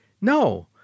No